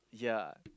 yea